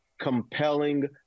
compelling